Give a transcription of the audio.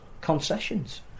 concessions